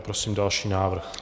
Prosím o další návrh.